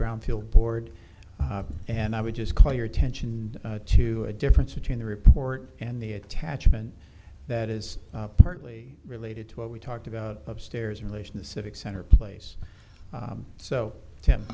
brownfield board and i would just call your attention to a difference between the report and the attachment that is partly related to what we talked about upstairs in relation the civic center place so tim